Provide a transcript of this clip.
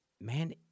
man